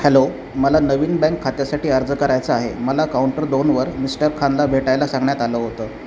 hello मला नवीन bank खात्यासाठी अर्ज करायचा आहे मला काउंटर दोनवर मिस्टर खानला भेटायला सांगण्यात आलं होतं